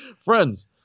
Friends